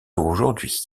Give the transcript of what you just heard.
aujourd’hui